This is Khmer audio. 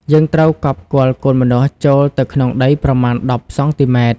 យើងត្រូវកប់គល់កូនម្នាស់ចូលទៅក្នុងដីប្រមាណ ១០ សង់ទីម៉ែត្រ។